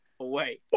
away